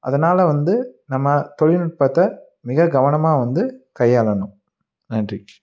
அதனால் வந்து நம்ம தொழில்நுட்பத்தை மிக கவனமாக வந்து கையாளணும் நன்றி